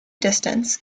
distance